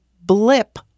blip